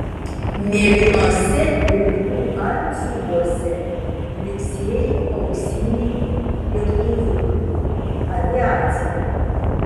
mėlynuose pirklių antsiuvuose blyksėjo auksiniai lėktuviukai aviacija